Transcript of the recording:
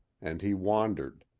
and he wandered.